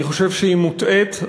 אני חושב שהיא מוטעית,